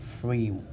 free